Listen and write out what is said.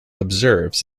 observes